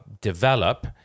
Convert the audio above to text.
develop